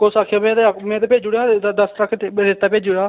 कुस आखेआ में ते भेज्जी ओड़ेआ हा दस्स साड्ढे दस्स रेत्ता भेज्जीओड़े दा